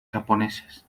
japonesas